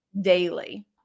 daily